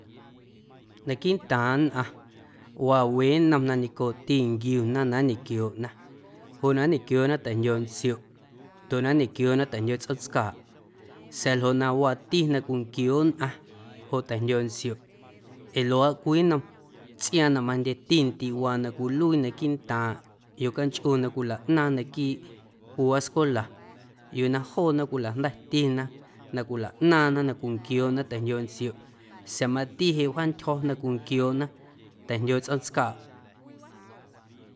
Naquiiꞌntaaⁿ nnꞌaⁿ wa we nnom na neiⁿncooꞌti nquiuna na nñequiooꞌna joꞌ na nñequiooꞌna ta̱jndyooꞌntsioꞌ ndoꞌ na nñequiooꞌna ta̱jndyooꞌ tsꞌoomtscaaꞌ sa̱a̱ ljoꞌ na wati na cwinquiooꞌ nnꞌaⁿ joꞌ ta̱jndyooꞌ ntsioꞌ ee luaaꞌ cwii nnom cwii tsꞌiaaⁿ na majndyetindiiꞌ waa na cwiluii naquiiꞌntaaⁿ yocanchꞌu na cwilaꞌnaaⁿ naquiiꞌ waascwela yuu na joona cwilajnda̱tina na cwilaꞌnaaⁿna na cwinquiooꞌna ta̱jndyooꞌntsioꞌ sa̱a̱ mati jeꞌ wjaantyjo̱ na cwinquiooꞌna ta̱jndyoo tsꞌoomtscaaꞌ.